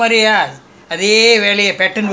R&D got different different way this is the full